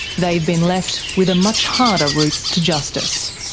they've been left with a much harder route to justice.